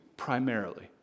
primarily